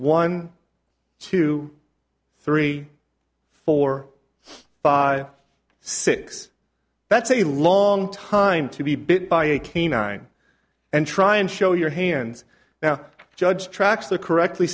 one two three four five six that's a long time to be bit by a canine and try and show your hands now judge tracks that correctly